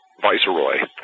viceroy